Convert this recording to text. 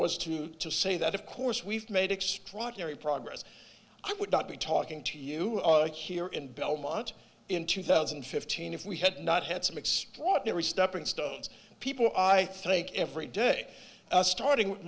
mean to say that of course we've made extraordinary progress i would not be talking to you here in belmont in two thousand and fifteen if we had not had some extraordinary steppingstones people i think every day starting with